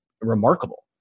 remarkable